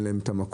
אין להם מקום,